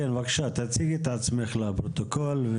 כן, בבקשה תציגי את עצמך לפרוטוקול.